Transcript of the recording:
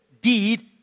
deed